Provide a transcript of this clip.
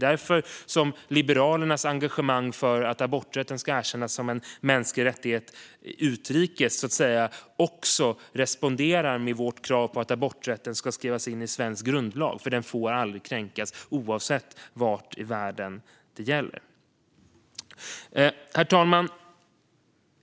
Därför responderar Liberalernas engagemang för att aborträtten ska erkännas som mänsklig rättighet utrikes också mot vårt krav på att aborträtten ska skrivas in i svensk grundlag. Den får aldrig kränkas, oavsett var i världen det gäller. Herr talman!